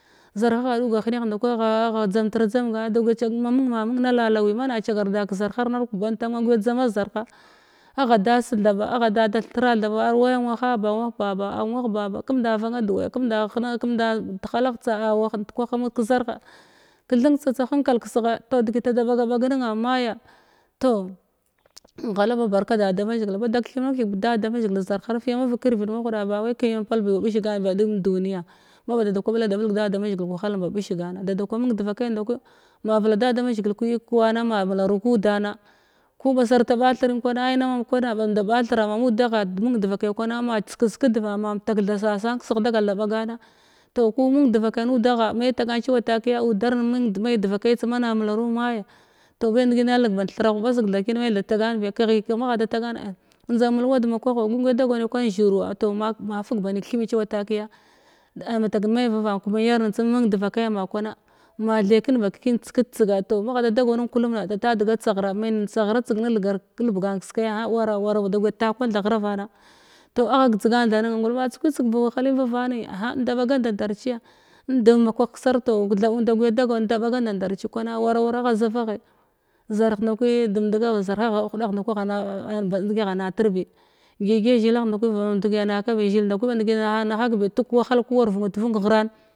Zarhagha ɗukant heneh nda kwani agha agha a dzamtr dzamga da guya chang ma-mun ma mung na laloyi mana cagar da zazarhar nar kubanta amun a guya dzama zarha agha dap thaba agha da da thira thaba a wayam waha bam wah baba am wah baba kəmnda vannga dawaya kamnda hena kəmnda tehalagh tsa a wah ndekwaha mud kazarha krthen tsatsa henkal kasgha toh degita ada bagabag nənna maya toh nghala ba barka da da mazhigil bada keth na kethig da da mazhigil zar har fiyamafug kirvid mahuda ba wai keyam pal bi wa ɓish gan biya ɗum duniya maba kwa ɓlada ɓalg dada mazhigil wahalen ba b’ish gana da da kwa mung devakai ndaku ma vela da damazhigil ki ikuwana ma mularu kudana ku ba sarta ɓa thirin kwana ai namam kwana mam da ba thira mam nudagha mung devakai kwana ma tsikas kaldva ma mtak tha sasan kesigh dagal da ɓagana toh ko mung devakai nudagha me tagan cewa takiya udaren mung mai devakai ta mana milaru maya toh bangi nalnig band thira ghuɓasg tha kin me tha tagan biya keghu kegh magha da tagan ah njda mulwad makwaho unguya dago nai kan zhirwa toh ma-ma fug ba nin kethemi cewa takiya mataka me vavan kemenar tsun mung devakaya ma kwana ma thaiken deken tseked te tsega toh magha da dago nin kulum ba data diga tsaghra men tsaghra tseg nelgar kelbegan keskaya ah wara da guya ta kwan tha ghravana toh agha gedzgan tha nen ngulma á tsekwi tseg ba wahalin vavane gha nda ɓaga nda ndar ciya in dum ma kwah kasarto kethab nguya dagau inda ɓaga ndandar cikwana wara wara agha zavaghai zarha nda kwi demdega ba zarha gha a huda nada-kwi-agha á bandigi agha na kwo zhil nsa kwi mandgi na nahakbi duk wahal ku wat vanwutvng ghran.